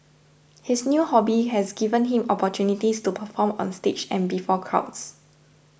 his new hobby has given him opportunities to perform on stage and before crowds